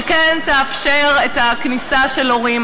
וכן תאפשר את הכניסה של הורים.